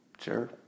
Sure